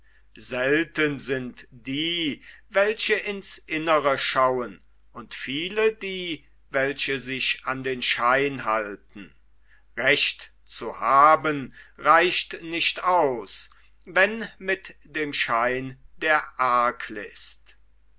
selten sind die welche ins innere schauen und viele die welche sich an den schein halten recht zu haben reicht nicht aus wenn mit dem schein der